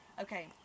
Okay